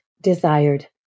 desired